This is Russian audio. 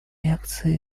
реакции